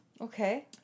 Okay